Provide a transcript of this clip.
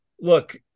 look